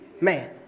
man